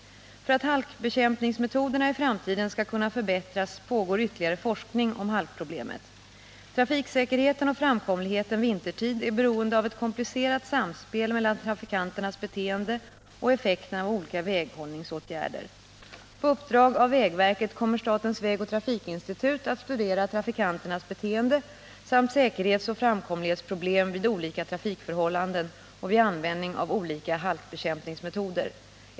För att halkbekämpningsmetoderna i framtiden skall kunna förbättras pågår ytterligare forskning om halkproblemet. Trafiksäkerheten och framkomligheten vintertid är beroende av ett komplicerat samspel mellan trafikanternas beteende och effekten av olika väghållningsåtgärder. På uppdrag av vägverket kommer statens vägoch trafikinstitut att studera trafikanternas beteende samt säkerhetsoch framkomlighetsproblem vid olika trafikförhållanden och vid användning av olika halkbekämpningsmetoder.